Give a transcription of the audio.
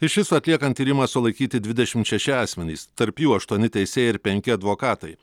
iš viso atliekant tyrimą sulaikyti dvidešimt šeši asmenys tarp jų aštuoni teisėjai ir penki advokatai